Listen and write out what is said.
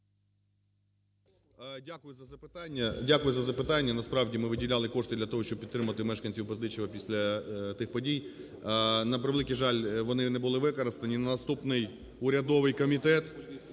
Дякую за запитання. Насправді ми виділяли кошти для того, щоб підтримати мешканців Бердичева після тих подій. На превеликий жаль, вони не були використані. На наступний урядовий комітет